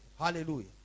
Hallelujah